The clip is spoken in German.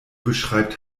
beschreibt